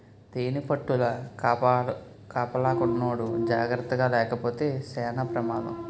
తేనిపట్టుల కాపలాకున్నోడు జాకర్తగాలేపోతే సేన పెమాదం